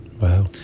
Wow